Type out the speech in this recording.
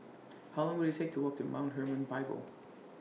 How Long Will IT Take to Walk to Mount Hermon Bible